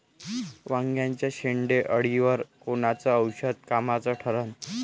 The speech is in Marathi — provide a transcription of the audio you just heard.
वांग्याच्या शेंडेअळीवर कोनचं औषध कामाचं ठरन?